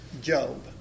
Job